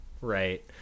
right